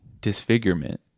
disfigurement